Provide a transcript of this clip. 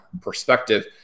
perspective